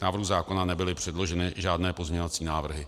K návrhu zákona nebyly předloženy žádné pozměňovací návrhy.